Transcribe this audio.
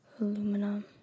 aluminum